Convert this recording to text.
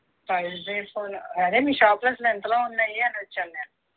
five G phone అదే మీ షాప్లో అసలు ఎంతలో ఉన్నాయి అని వచ్చాను నేను